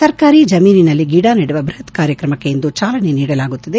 ಸರ್ಕಾರಿ ಜಮೀನಿನಲ್ಲಿ ಗಿಡ ನೆಡುವ ಬೃಪತ್ ಕಾರ್ಯಕ್ರಮಕ್ಕೆ ಇಂದು ಚಾಲನೆ ನೀಡಲಾಗುತ್ತಿದೆ